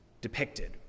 depicted